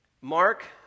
Mark